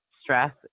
stress